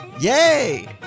Yay